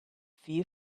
few